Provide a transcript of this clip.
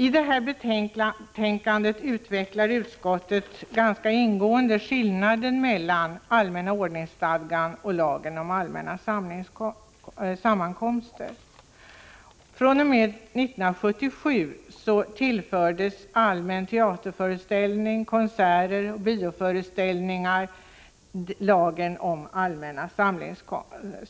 I detta betänkande utvecklar utskottet ganska ingående skillnaden mellan allmänna ordningsstadgan och lagen om allmänna sammankomster. fr.o.m. 1977 hänfördes allmänna teaterföreställningar, konserter och bioföreställningar till lagen om allmänna